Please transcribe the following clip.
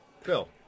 Phil